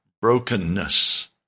brokenness